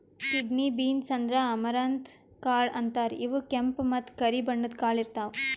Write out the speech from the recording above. kidney beans ಅಂದ್ರ amaranth ಕಾಳ್ ಅಂತಾರ್ ಇವ್ ಕೆಂಪ್ ಮತ್ತ್ ಕರಿ ಬಣ್ಣದ್ ಕಾಳ್ ಇರ್ತವ್